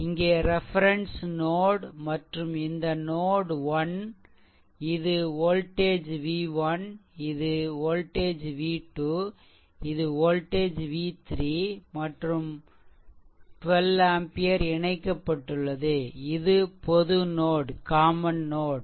இங்கே reference node மற்றும் இந்த நோட் 1 இது வோல்டேஜ் v1 இது வோல்டேஜ் v2 இது வோல்டேஜ் v3 மற்றும் 1 2 ஆம்பியர் இணைக்கப்பட்டுள்ளது இது பொது நோட்